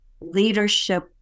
leadership